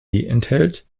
enthält